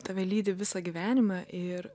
tave lydi visą gyvenimą ir